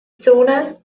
zone